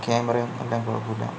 ക്യാമറയും എല്ലാം കുഴപ്പമില്ല